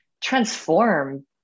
transform